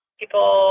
people